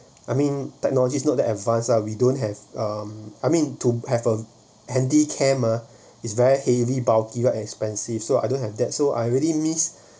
I mean technology is not the advance ah we don't have um I mean to have a handycam ah is very heavy bulky expensive so I don't have that so I already miss